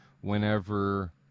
whenever